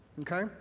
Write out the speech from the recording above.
okay